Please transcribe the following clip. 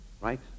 right